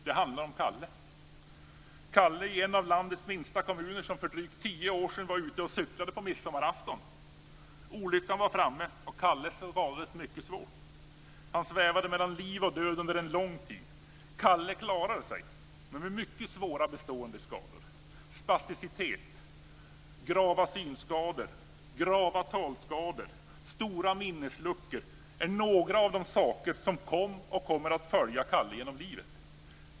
Det handlar om Kalle, i en av landets minsta kommuner, som för drygt tio år sedan var ute och cyklade på midsommarafton. Olyckan var framme, och Kalle skadades mycket svårt. Han svävade mellan liv och död under en lång tid. Kalle klarade sig men med mycket svåra bestående skador. Spasticitet, grava synskador, grava talskador och stora minnesluckor är några av de saker som kom och kommer att följa Kalle genom livet.